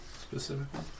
Specifically